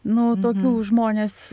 nu tokių žmonės